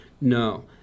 No